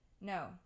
No